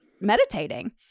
meditating